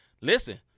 listen